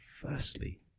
Firstly